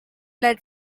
led